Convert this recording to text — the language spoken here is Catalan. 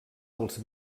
dels